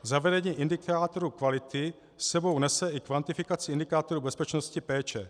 Zavedení indikátoru kvality s sebou nese i kvantifikaci indikátoru bezpečnosti péče.